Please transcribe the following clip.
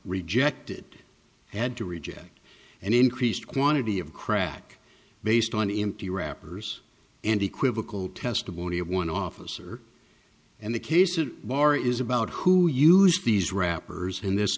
rejected had to reject an increased quantity of crack based on empty wrappers and equivocal testimony of one officer and the case a bar is about who used these rappers in this